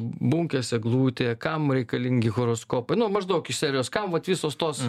bunkės eglutė kam reikalingi horoskopai nu maždaug iš serijos kam vat visos tos